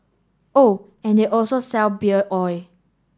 oh and they also sell beer oil